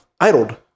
Idled